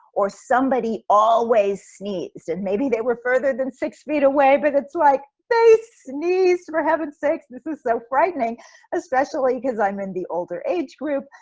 or somebody always sneezed and maybe they were further than six feet away, but it's like they sneezed for heaven's sakes, this is so frightening especially cause i'm in the older age group,